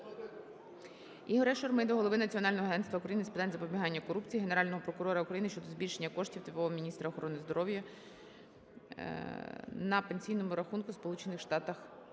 Ігоря Шурми до Голови Національного агентства України з питань запобігання корупції, Генерального прокурора України щодо збільшення коштів т.в.о. міністра